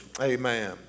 Amen